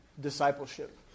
discipleship